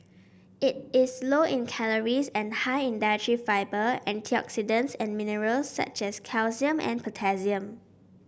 it is low in calories and high in dietary fibre antioxidants and minerals such as calcium and potassium